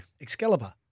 Excalibur